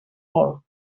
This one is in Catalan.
vol